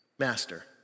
Master